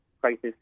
crisis